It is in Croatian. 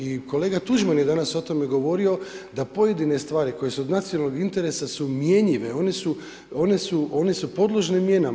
I kolega Tuđman je danas o tome govorio da pojedine stvari koje su od nacionalnog interesa su mijenjive, one su podložne mijenama.